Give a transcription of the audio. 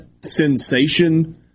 sensation